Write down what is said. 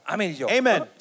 Amen